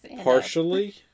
partially